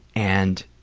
and